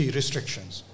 restrictions